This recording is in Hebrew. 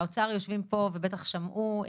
האוצר יושבים פה ובטח שמעו,